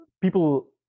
people